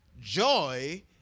Joy